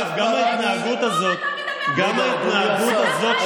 חברת הכנסת מראענה, נא לשבת.